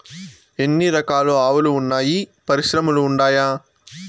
ఎన్ని రకాలు ఆవులు వున్నాయి పరిశ్రమలు ఉండాయా?